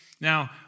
Now